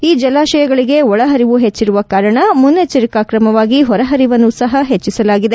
ಈ ಜಲಾಶಯಗಳಿಗೆ ಒಳ ಪರಿವು ಹೆಚ್ಚರುವ ಕಾರಣ ಮುನ್ನಚ್ಚರಿಕೆ ಕ್ರಮವಾಗಿ ಹೊರ ಹರಿವನ್ನು ಸಹ ಹೆಚ್ಚಿಸಲಾಗಿದೆ